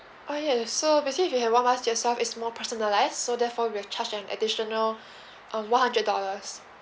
oh yes so basically if you have one bus for yourself it's more personalised so therefore we'll charge an additional uh one hundred dollars